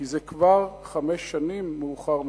כי זה כבר חמש שנים מאוחר מדי.